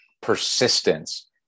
persistence